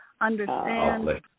understand